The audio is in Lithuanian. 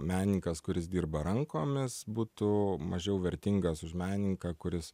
menininkas kuris dirba rankomis būtų mažiau vertingas už menininką kuris